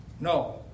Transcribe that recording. No